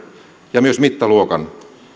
ja myös mittaluokan